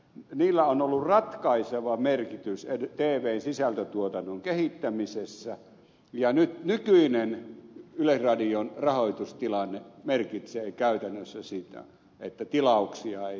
niillä on ollut ratkaiseva merkitys tvn sisällöntuotannon kehittämisessä ja nykyinen yleisradion rahoitustilanne merkitsee käytännössä sitä että tilauksia ei tehdä